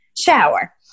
shower